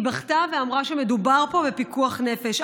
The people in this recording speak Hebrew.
היא בכתה ואמרה שמדובר פה בפיקוח נפש,